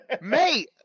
mate